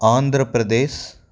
Andhra Pradesh